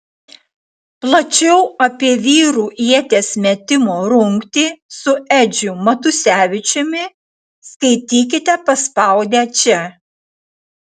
plačiau apie vyrų ieties metimo rungtį su edžiu matusevičiumi skaitykite paspaudę čia